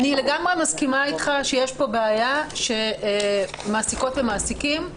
אני לגמרי מסכימה אתך שיש כאן בעיה שמעסיקות ומעסיקים,